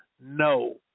No